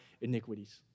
iniquities